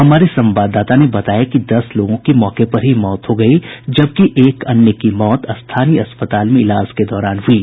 हमारे संवाददाता ने बताया कि दस लोगों की मौके पर ही मौत हो गयी जबकि एक अन्य की मौत स्थानीय अस्पताल में इलाज के दौरान हुयी